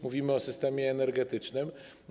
Mówimy o systemie energetycznym.